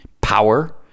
power